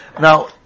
Now